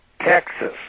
Texas